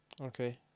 Okay